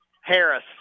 Harris